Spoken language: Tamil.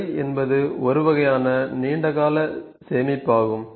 கடை என்பது ஒரு வகையான நீண்ட கால சேமிப்பாகும்